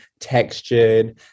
textured